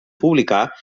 publicar